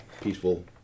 peaceful